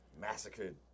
massacred